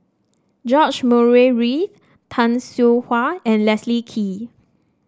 George Murray Reith Tay Seow Huah and Leslie Kee